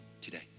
today